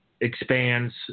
expands